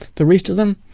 the rest of them?